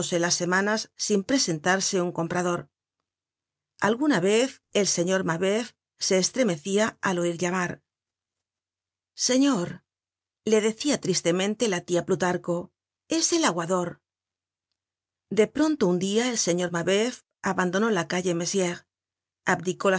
las semanas sin presentarse un comprador alguna vez el señor mabeuf se estremecia al oir llamar señor le decia tristemente la tia plutarco es el aguador de pronto un dia el señor mabeuf abandonó la calle mezieres abdicó